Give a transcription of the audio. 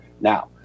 Now